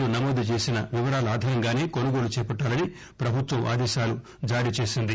లు నమోదు చేసిన వివరాల ఆధారంగానే కొనుగోలు చేపట్లాలని పభుత్వం ఆదేశాలు జారీ చేసింది